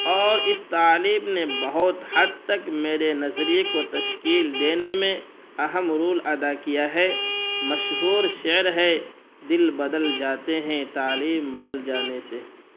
اور اس تعلیم نے بہت حد تک میرے نظریے کو تشکیل دینے میں اہم رول ادا کیا ہے مشہور شعر ہے دل بدل جاتے ہیں تعلیم بدل جانے سے